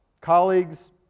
Colleagues